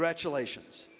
congratulations.